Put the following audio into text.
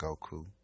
Goku